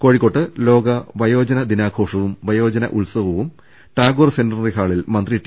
കോഴിക്കോട്ട് ലോക വയോജന ദിനാഘോഷവും വയോ ജന ഉത്സവവും ടാഗോർ സെന്റിനറി ഹാളിൽ മന്ത്രി ടി